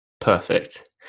Perfect